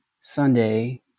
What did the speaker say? Sunday